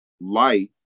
light